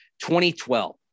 2012